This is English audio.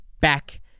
back